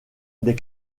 des